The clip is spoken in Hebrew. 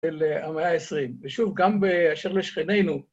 ‫של המאה ה-20, ושוב, ‫גם באשר לשכנינו.